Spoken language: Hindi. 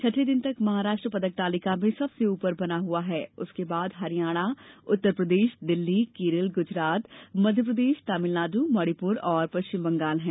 छठे दिन तक महाराष्ट्र पदक तालिका में सबसे ऊपर बना हुआ है और उसके बाद हरियाणा उत्तर प्रदेश दिल्ली केरल गुजरात मध्य प्रदेश तभिलनाडु मणिपुर और पश्चिम बंगाल हैं